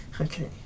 Okay